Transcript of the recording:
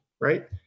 right